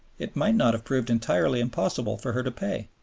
it might not have proved entirely impossible for her to pay.